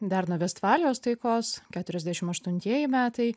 dar nuo vestfalijos taikos keturiasdešim aštuntieji metai